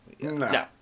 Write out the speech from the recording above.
No